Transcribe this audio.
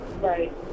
Right